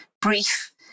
brief